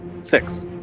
Six